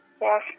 Yes